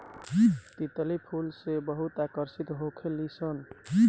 तितली फूल से बहुते आकर्षित होखे लिसन